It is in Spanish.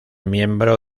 miembro